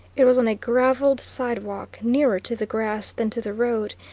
it was on a gravelled sidewalk, nearer to the grass than to the road,